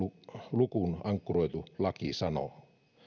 lukuun ankkuroitu laki sanoo